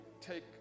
take